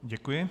Děkuji.